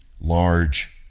large